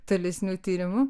tolesnių tyrimų